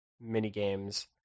mini-games